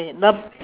the